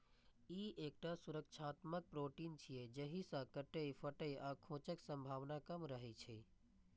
ई एकटा सुरक्षात्मक प्रोटीन छियै, जाहि सं कटै, फटै आ खोंचक संभावना कम रहै छै